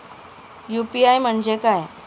UPI म्हणजे काय?